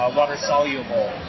water-soluble